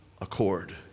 accord